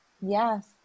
Yes